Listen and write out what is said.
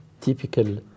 typical